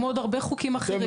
כמו עוד הרבה חוקים אחרים.